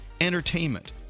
entertainment